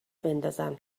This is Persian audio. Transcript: بندازم